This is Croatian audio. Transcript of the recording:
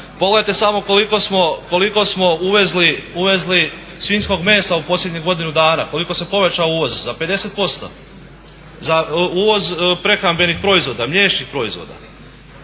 Pogledajte samo koliko smo uvezli svinjskog mesa u posljednjih godinu dana, koliko se povećao uvoz, za 50% uvoz prehrambenih proizvoda, mliječnih proizvoda.